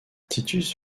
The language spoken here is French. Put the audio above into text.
titus